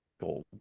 gold